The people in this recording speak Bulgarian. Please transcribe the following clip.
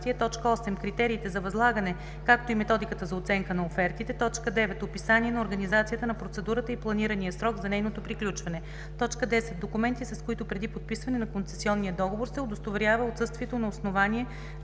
критериите за възлагане, както и методиката за оценка на офертите; 9.описание на организацията на процедурата и планиран срок за нейното приключване; 10. документи, с които преди подписване на концесионния договор се удостоверява отсъствието на основание